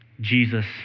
Jesus